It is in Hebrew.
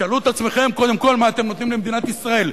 תשאלו את עצמכם קודם כול מה אתם נותנים למדינת ישראל,